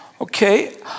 okay